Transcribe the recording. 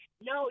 No